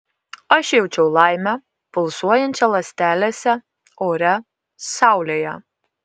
aš jaučiau laimę pulsuojančią ląstelėse ore saulėje